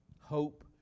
Hope